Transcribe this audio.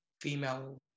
female